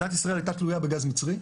מדינת ישראל הייתה תלויה בגז מצרי.